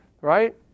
Right